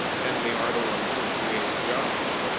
and they are the ones who are creating jobs.